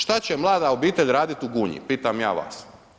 Šta će mlada obitelj raditi u Gunji, pitam ja vas.